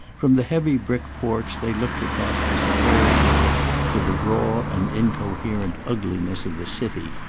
from the heavy brick porch they looked across the superb river to the raw and incoherent ugliness of the city,